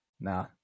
Nah